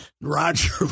Roger